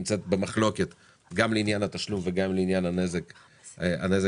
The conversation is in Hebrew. במחלוקת גם לעניין התשלום וגם לעניין הנזק הסביבתי,